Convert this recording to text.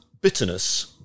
bitterness